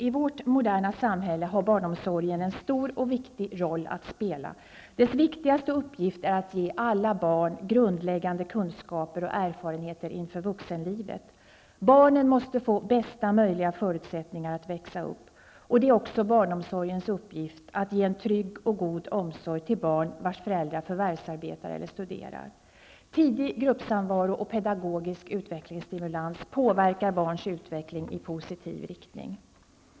I vårt moderna samhälle har barnomsorgen en stor och viktig roll att spela. Dess viktigaste uppgift är att ge alla barn grundläggande kunskaper och erfarenheter inför vuxenlivet. Barnen måste få bästa möjliga förutsättningar att växa upp. Det är också barnomsorgens uppgift att ge en trygg och god omsorg till barn vars föräldrar förvärvsarbetar eller studerar. Tidig gruppsamvaro och pedagogisk utvecklingsstimulans påverkar barns utveckling i positiv riktning.